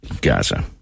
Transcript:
Gaza